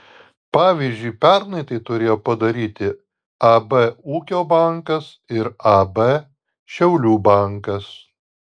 pavyzdžiui pernai tai turėjo padaryti ab ūkio bankas ir ab šiaulių bankas